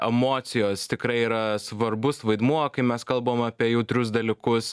emocijos tikrai yra svarbus vaidmuo kai mes kalbam apie jautrius dalykus